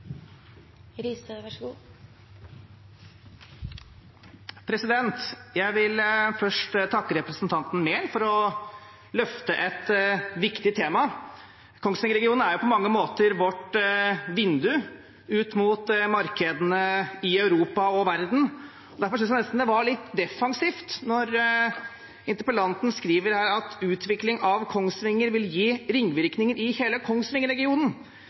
på mange måter vårt vindu ut mot markedene i Europa og verden. Derfor synes jeg det var nesten litt defensivt når interpellanten her skriver at «Utvikling av Kongsvinger vil gi ringvirkninger i hele